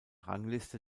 rangliste